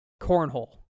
cornhole